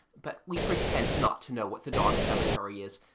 but we pretend not to know what the dog's cemetery is,